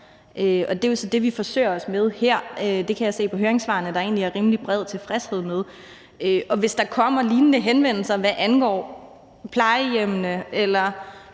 Det er så det, vi forsøger os med her. Det kan jeg se af høringssvarene at der egentlig er rimelig bred tilfredshed med. Og hvis der kommer lignende henvendelser, hvad angår plejehjemmene eller